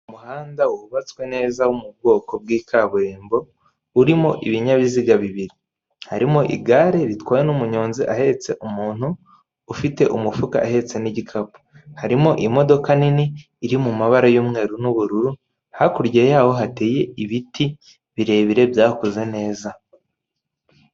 Umuhanda wubatswe neza, wo mu bwoko bw'ikaburimbo, urimo ibinyabiziga bibiri. Harimo igare ritwawe n'umuyonzi ahetse umuntu ufite umufuka, ahetse n'igikapu. Harimo imodoka nini, iri mu mabara y'umweru n'ubururu, hakurya yaho hateye ibiti birebire, byakuze neza.